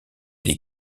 les